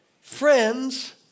friends